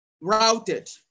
routed